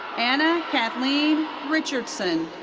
anna kathleen richardson.